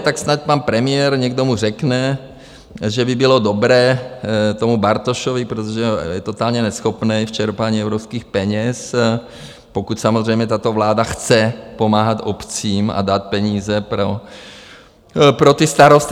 Tak snad pan premiér, někdo mu řekne, že by bylo dobré tomu Bartošovi, protože je totálně neschopný v čerpání evropských peněz, pokud samozřejmě tato vláda chce pomáhat obcím a dát peníze pro ty starosty.